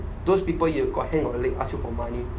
those people you've got no hand or leg ask you for money